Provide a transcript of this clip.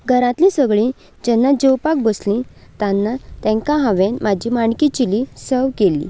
घरांतलीं सगळीं जेन्ना जेवपाक बसलीं तेन्ना तांकां हांवें म्हजी माणकी चिली सव केली